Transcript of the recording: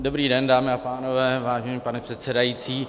Dobrý den, dámy a pánové, vážený pane předsedající.